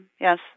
Yes